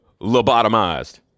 lobotomized